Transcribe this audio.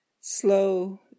Slow